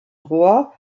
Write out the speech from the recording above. rohr